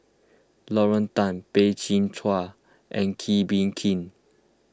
Lauren Tan Peh Chin Hua and Kee Bee Khim